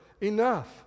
enough